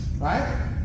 right